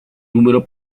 número